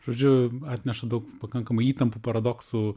žodžiu atneša daug pakankamai įtampų paradoksų